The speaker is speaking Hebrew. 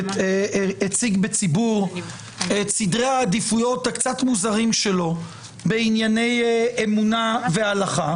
את סדרי העדיפות המוזרים שלו בענייני אמונה והלכה,